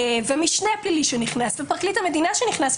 המשנה הפלילי שנכנס ופרקליט המדינה שנכנס.